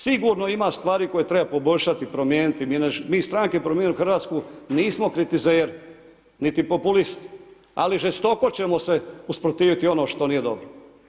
Sigurno ima stvari koje treba poboljšati, promijeniti, mi stranka Promijenimo Hrvatsku, nismo kritizeri, niti populisti, ali žestoko ćemo se usprotivi ono što nije dobro.